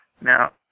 Now